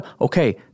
Okay